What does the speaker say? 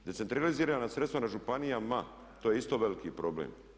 Decentralizirana sredstva na županijama, to je isto veliki problem.